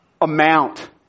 amount